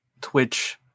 Twitch